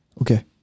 Okay